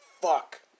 Fuck